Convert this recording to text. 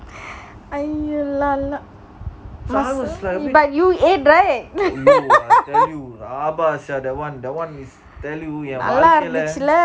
ஐயோ இல்ல இல்ல:aiyo illa illa but you ate right நல்ல இருந்துசில:nalla irunthuchila